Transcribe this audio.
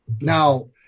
Now